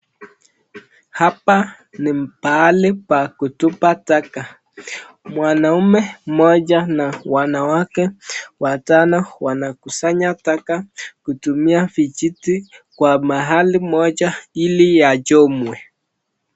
Hapa ni pahali pa kutuba taka. Mwanaume mmoja na wanawake watano wanakusanya taka kutumia vijiti kwa mahali moja ili yachomwe.